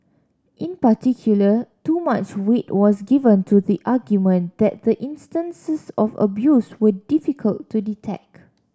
in particular too much weight was given to the argument that the instances of abuse were difficult to detect